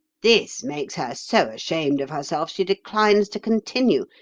this makes her so ashamed of herself she declines to continue,